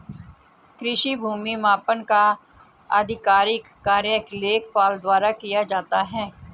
कृषि भूमि मापन का आधिकारिक कार्य लेखपाल द्वारा किया जाता है